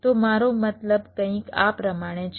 તો મારો મતલબ કંઈક આ પ્રમાણે છે